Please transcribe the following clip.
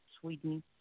Sweden